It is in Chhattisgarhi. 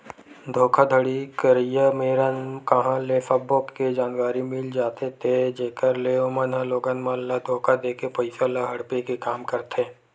धोखाघड़ी करइया मेरन कांहा ले सब्बो के जानकारी मिल जाथे ते जेखर ले ओमन ह लोगन मन ल धोखा देके पइसा ल हड़पे के काम करथे